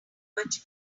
much